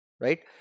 Right